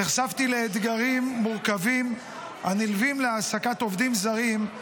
נחשפתי לאתגרים מורכבים הנלווים להעסקת עובדים זרים,